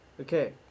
Okay